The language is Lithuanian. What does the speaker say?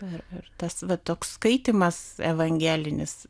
ir tas va toks skaitymas evangelinis